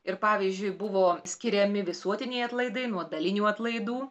ir pavyzdžiui buvo skiriami visuotiniai atlaidai nuo dalinių atlaidų